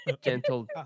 gentle